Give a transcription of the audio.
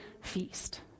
feast